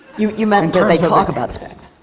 you you meant lt they talk about sex.